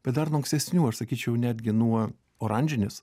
bet dar nuo ankstesnių aš sakyčiau netgi nuo oranžinės